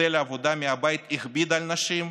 מודל העבודה מהבית הכביד על נשים,